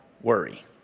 worry